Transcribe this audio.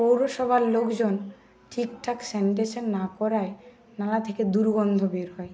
পৌরসভার লোকজন ঠিকঠাক স্যানিটেশান না করায় নালা থেকে দুর্গন্ধ বের হয়